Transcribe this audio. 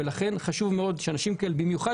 ולכן חשוב מאוד שאנשים כאלה במיוחד